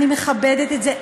אני מכבדת את זה.